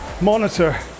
monitor